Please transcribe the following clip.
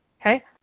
Okay